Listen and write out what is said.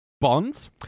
Bonds